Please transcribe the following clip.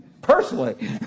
Personally